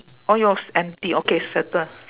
oh yours empty okay settle